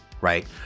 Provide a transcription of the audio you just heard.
right